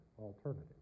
alternative